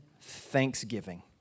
thanksgiving